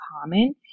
common